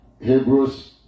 Hebrews